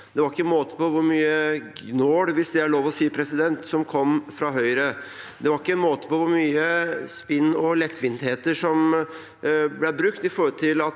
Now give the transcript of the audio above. Det var ikke måte på hvor mye gnål, hvis det er lov å si, som kom fra Høyre. Det var ikke måte på hvor mye spinn og hvor mange lettvintheter som ble tatt i bruk i